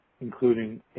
Including